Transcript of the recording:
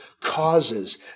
causes